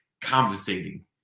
conversating